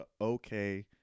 okay